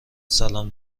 سلام